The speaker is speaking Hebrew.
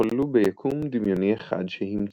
התחוללו ביקום דמיוני אחד שהמציא,